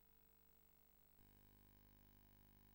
בכל